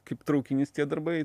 kaip traukinys tie darbai